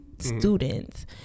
students